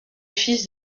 fils